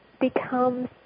becomes